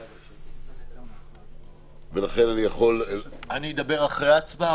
אני אדבר אחרי ההצבעה